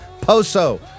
Poso